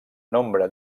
nombre